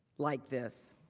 like this.